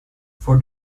for